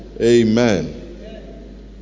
Amen